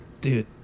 Dude